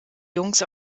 jungs